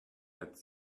that